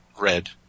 red